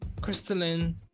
crystalline